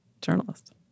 journalist